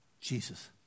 Jesus